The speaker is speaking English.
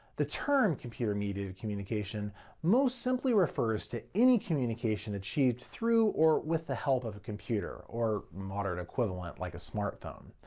the term computer mediated communication most simply refers to any communication achieved though or with the help of a computer or modern equivalent like a smart phone.